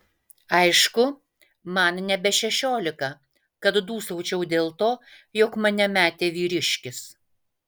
aišku man nebe šešiolika kad dūsaučiau dėl to jog mane metė vyriškis